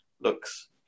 looks